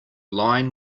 line